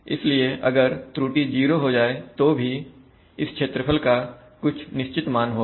इसलिए अगर त्रुटि 0 हो जाए तो भी इस क्षेत्रफल का कुछ निश्चित मान होगा